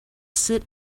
sit